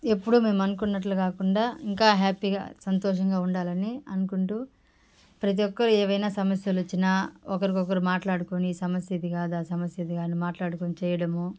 ఎప్పుడూ మేము అనుకున్నట్లు కాకుండా ఇంకా హ్యాపీగా సంతోషంగా ఉండాలని అనుకుంటూ ప్రతి ఒక్కరు ఏవైనా సమస్యలు వచ్చినా ఒకరికొకరు మాట్లాడుకుని సమస్య ఇది కాదా సమస్య ఇది కాదు అని మాట్లాడుకుని చేయడము